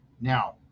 Now